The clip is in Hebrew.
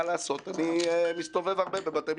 מה לעשות, אני מסתובב הרבה בבתי משפט.